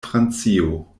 francio